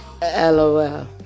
LOL